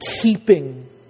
keeping